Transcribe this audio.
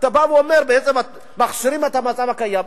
אתה בא ואומר, בעצם מכשירים את המצב הקיים.